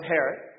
Herod